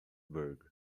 berg